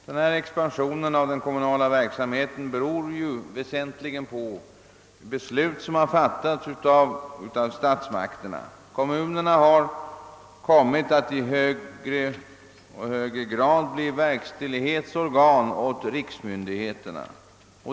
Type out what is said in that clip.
Denna expansion av den kommunala verksamheten beror väsentligen på beslut som har fattats av statsmakterna. Kommunerna har kommit att i högre och högre grad bli verkställighetsorgan åt riksmyndigheterna.